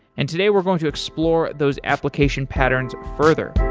and today, we're going to explore those application patterns further